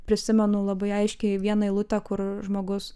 prisimenu labai aiškiai vieną eilutę kur žmogus